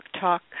Talk